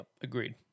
Agreed